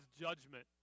judgment